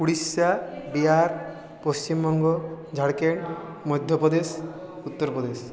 Orissa Bihar Paschimbanga Jharkhand Madhya Pradesh Uttar Pradesh